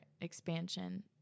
expansion